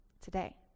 today